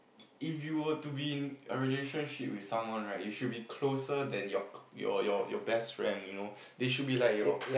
if you were to be in a relationship with someone right you should be closer than your close your your best friend you know they should be like your